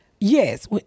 Yes